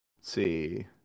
see